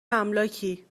املاکی